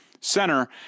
center